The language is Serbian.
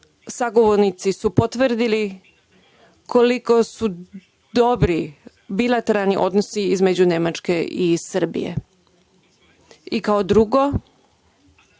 sagovornici su potvrdili koliko su dobri bilateralni odnosi između Nemačke i Srbije. Kao drugo,